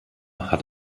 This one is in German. hat